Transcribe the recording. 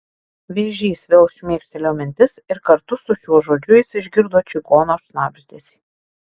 vėžys vėl šmėkštelėjo mintis ir kartu su šiuo žodžiu jis išgirdo čigono šnabždesį